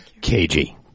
KG